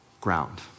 ground